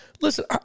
Listen